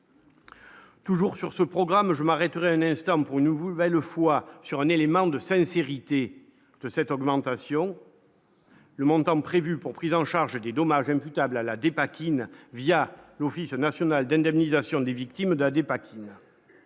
Toujours sur ce programme, je m'arrêterai un instant pour nous vous va le foie sur un élément de sincérité de cette augmentation, le montant prévu pour prise en charge des dommages imputables à la dépakine via l'Office national d'indemnisation des victimes de la